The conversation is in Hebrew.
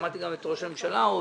שמעתי גם את ראש הממשלה ההודי.